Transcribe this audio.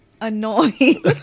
annoying